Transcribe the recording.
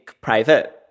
private